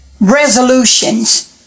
resolutions